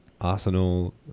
Arsenal